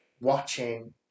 watching